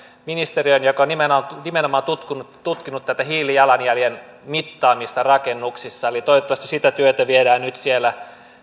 joka on nimenomaan nimenomaan tutkinut tutkinut tätä hiilijalanjäljen mittaamista rakennuksissa eli toivottavasti sitä työtä viedään nyt siellä